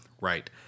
right